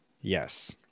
Yes